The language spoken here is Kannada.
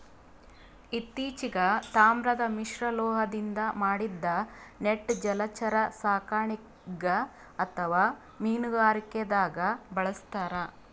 ಇತ್ತಿಚೀಗ್ ತಾಮ್ರದ್ ಮಿಶ್ರಲೋಹದಿಂದ್ ಮಾಡಿದ್ದ್ ನೆಟ್ ಜಲಚರ ಸಾಕಣೆಗ್ ಅಥವಾ ಮೀನುಗಾರಿಕೆದಾಗ್ ಬಳಸ್ತಾರ್